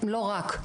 לא רק,